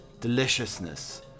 deliciousness